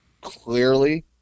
Clearly